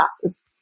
classes